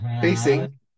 facing